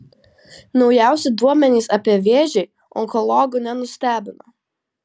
naujausi duomenys apie vėžį onkologų nenustebino